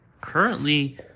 currently